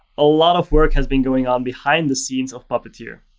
a lot of work has been going on behind the scenes of puppeteer.